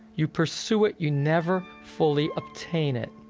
you pursue it, you never fully obtain it.